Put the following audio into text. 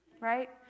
Right